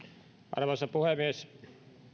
arvoisa puhemies